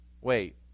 Wait